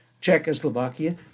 Czechoslovakia